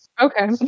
Okay